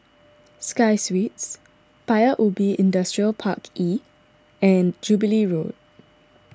Sky Suites Paya Ubi Industrial Park E and Jubilee Road